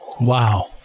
Wow